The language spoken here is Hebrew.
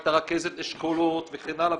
את רכזת האשכולות וכן הלאה,